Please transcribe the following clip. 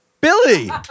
Billy